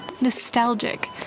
nostalgic